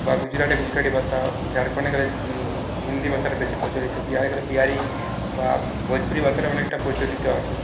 বা গুজরাটে গুজরাটি ভাষা যার অনেক হিন্দি ভাষা বেশি প্রচলিত বিহারে বিহারি বা ভোজপুরি ভাষাটা অনেকটা প্রচলিত আছে